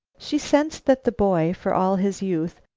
she sensed that the boy, for all his youth,